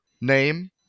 name